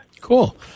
Cool